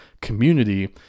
community